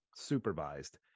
supervised